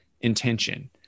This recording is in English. intention